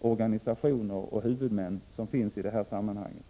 organisationer och huvudmän som förekommer i det här sammanhanget.